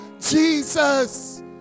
Jesus